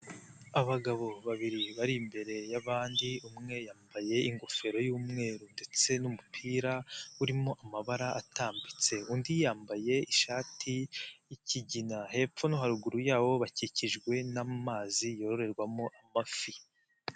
Abagabo babiri bari imbere y'abandi, umwe yambaye ingofero y'umweru ndetse n'umupira urimo amabara atambitse, undi yambaye ishati y'ikigina, hepfo no haruguru yawo bakikijwe n'amazi yororerwamo amafi.